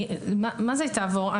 מה זה היא תעבור?